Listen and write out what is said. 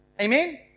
Amen